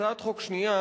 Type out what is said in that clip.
הצעת חוק שנייה,